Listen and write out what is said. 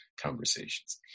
conversations